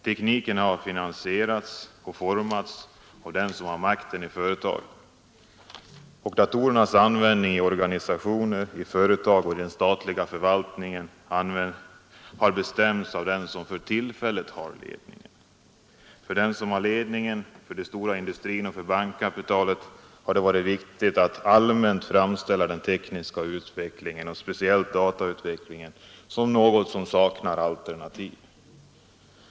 Tekniken har finansierats och formats av dem som har makten i företagen. Och datorernas användning i organisationer, i företag och i den statliga förvaltningen har bestämts av dem som för tillfället har ledningen. För dem som har ledningen, för den stora industrin och för bankkapitalet, har det varit viktigt att allmänt framställa den tekniska utvecklingen, speciellt datautvecklingen, som något som saknar alternativ.